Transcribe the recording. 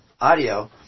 audio